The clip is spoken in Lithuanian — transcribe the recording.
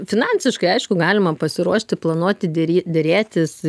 finansiškai aišku galima pasiruošti planuoti dirė derėtis